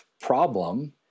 problem